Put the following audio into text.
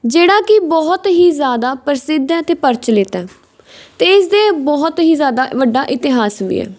ਜਿਹੜਾ ਕਿ ਬਹੁਤ ਹੀ ਜ਼ਿਆਦਾ ਪ੍ਰਸਿੱਧ ਹੈ ਅਤੇ ਪ੍ਰਚਲਿਤ ਹੈ ਅਤੇ ਇਸ ਦੇ ਬਹੁਤ ਹੀ ਜ਼ਿਆਦਾ ਵੱਡਾ ਇਤਿਹਾਸ ਵੀ ਹੈ